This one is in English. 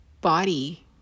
body